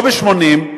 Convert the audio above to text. לא ב-80%.